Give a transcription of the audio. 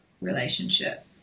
relationship